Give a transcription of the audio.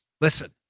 Listen